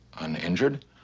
uninjured